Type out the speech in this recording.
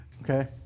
Okay